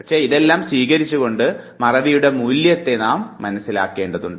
പക്ഷെ ഇതെല്ലാം സ്വീകരിച്ചുകൊണ്ട് മറവിയുടെ മൂല്യത്തെ നാം മനസ്സിലാക്കേണ്ടതുണ്ട്